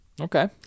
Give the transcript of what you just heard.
Okay